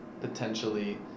potentially